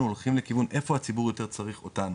הולכים לכיוון איפה הציבור יותר צריך אותנו,